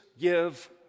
give